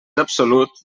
absolut